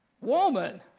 Woman